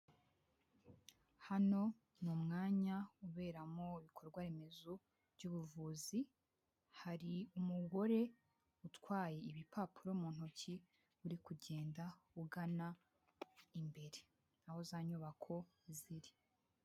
Hano mu mwanya uberamo ibikorwaremezo by'ubuvuzi, hari umugore utwaye ibipapuro mu ntoki uri kugenda ugana imbere aho za nyubako ziri.